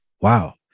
Wow